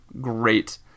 great